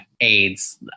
aids